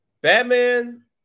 Batman